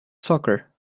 soccer